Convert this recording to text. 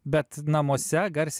bet namuose garsiai